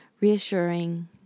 reassuring